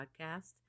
podcast